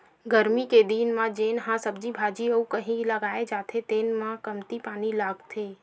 गरमी के दिन म जेन ह सब्जी भाजी अउ कहि लगाए जाथे तेन म कमती पानी लागथे